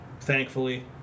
thankfully